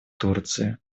турции